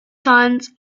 science